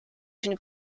une